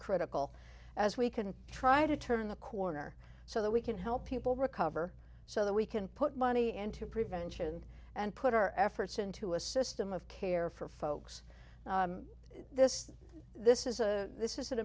critical as we can try to turn the corner so that we can help people recover so that we can put money into prevention and put our efforts into a system of care for folks this this is a this is an